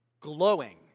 glowing